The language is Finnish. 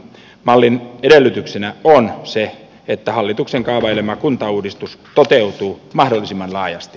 mallin edellytyksenä on se että hallituksen kaavailema kuntauudistus toteutuu mahdollisimman laajasti